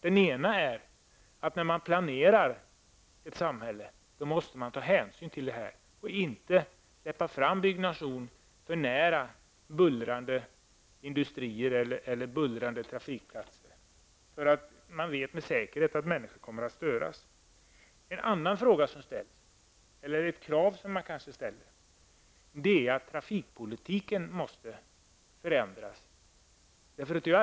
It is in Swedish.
Ett av dem är: När man planerar ett samhälle måste man ta hänsyn till det här och inte släppa fram byggnation för nära bullrande industrier eller bullrande trafikplatser, eftersom man med säkerhet vet att människor kommer att störas. Ett annat krav är att trafikpolitiken måste förändras.